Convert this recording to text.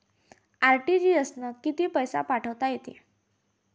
RTGS न कितीक पैसे पाठवता येते?